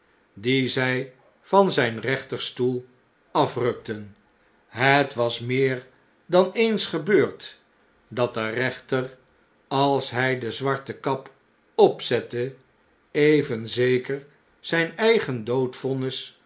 dien zjj van zn'n rechterstoel afrukten het was meer dan eens gebeurd dat de rechter als hjj de zwarte kap opzette even zeker zn'n